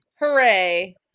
Hooray